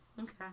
Okay